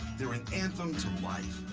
they're an anthem to life.